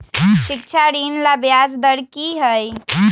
शिक्षा ऋण ला ब्याज दर कि हई?